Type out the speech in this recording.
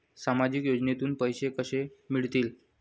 सामाजिक योजनेतून पैसे कसे मिळतील?